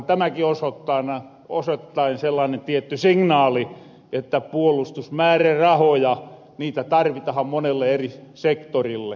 onhan tämäki osottaen sellaanen tietty signaali että puolustusmäärärahoja niitä tarvitahan monelle eri sektorille